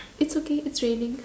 it's okay it's raining